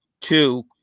two